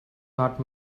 not